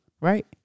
Right